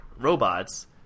robots